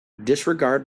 disregard